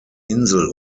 insel